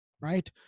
right